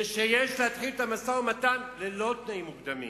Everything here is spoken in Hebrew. וכי יש להתחיל את המשא-ומתן ללא תנאים מוקדמים.